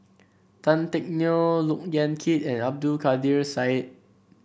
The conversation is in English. Tan Teck Neo Look Yan Kit and Abdul Kadir Syed